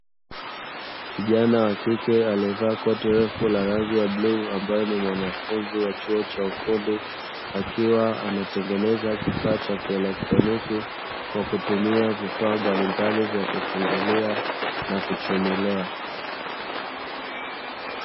Kijana wa kike aliyevaa koti refu la rangi ya bluu ambaye ni mwanafunzi wa chuo cha ufundi, akiwa anatengeneza kifaa cha kielektroniki kwa kutumia vifaa mbalimbali vya kufungulia na kuchomelea.